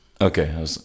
Okay